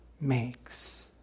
makes